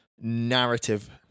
narrative